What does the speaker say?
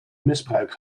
misbruik